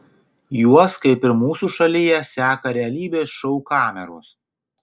juos kaip ir mūsų šalyje seka realybės šou kameros